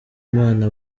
imana